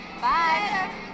Bye